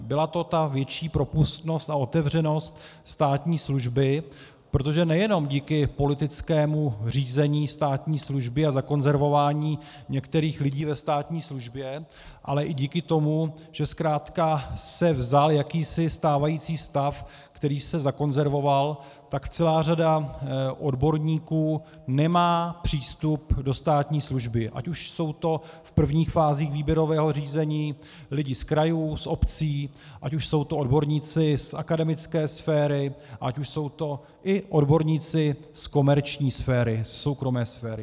Byla to větší propustnost a otevřenost státní služby, protože nejenom díky politickému řízení státní služby a zakonzervování některých lidí ve státní službě, ale i díky tomu, že zkrátka se vzal jakýsi stávající stav, který se zakonzervoval, tak celá řada odborníků nemá přístup do státní služby, ať už jsou to v prvních fázích výběrového řízení lidé z krajů, z obcí, ať už jsou to odborníci z akademické sféry, ať už jsou to i odborníci z komerční sféry, ze soukromé sféry.